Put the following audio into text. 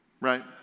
Right